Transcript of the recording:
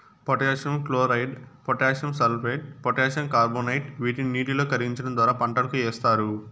potassium chloride, potassium sulphate, potassium carbonate వీటిని నీటిలో కరిగించడం ద్వారా పంటలకు ఏస్తారు